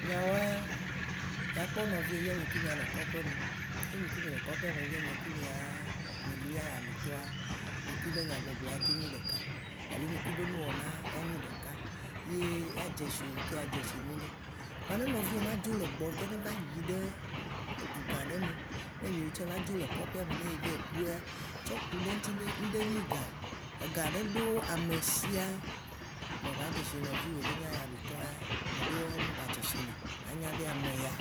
Nyawoa, ya kpɔ nɔviwo via mì kui mianɔ kɔƒe me, ne mì kui mì le kɔƒea me via, mìa kui mia mi kui be nyagbɔgblɔ ya teŋ nyi ɖeka, alo mi kui be nuwɔna ya nyi ɖeka ye ya dze si wò, wò tsã adzesi nyuiɖe, vɔa ne nɔviwo ma dzo le gbɔwò via ne va yi ɖe dzu gã ɖe me, ne enyi wò tsã eva dzo le kɔƒea me ne eyi va yi kpoea, tsɔ ku ɖe ŋti be, ŋɖe nyi ga, ega ne ɖo ame shia, ma gba dzeshi nɔviwò ne nye ayaɖutɔa ya, meɖewoa, wom gba dze si nɛ o. Anya be ameya,